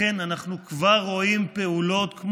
ולכן אנחנו כבר רואים פעולות.